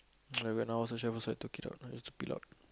like when I was a chef also I took it out I just took it out